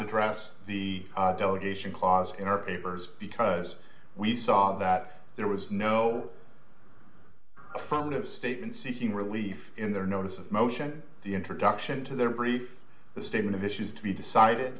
address the delegation clause in our papers because we saw that there was no affirmative statement seeking relief in their notice of motion the introduction to their brief statement of issues to be decided